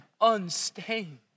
unstained